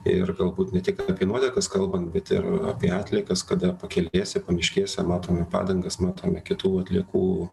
ir galbūt ne tik apie nuotekas kalbant bet ir apie atliekas kada pakelėse pamiškėse matome padangas matome kitų atliekų